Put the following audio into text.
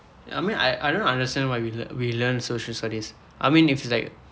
I mean I I don't understand why we we learn we learn social studies I mean is like